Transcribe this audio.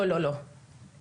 לא, לא, לא.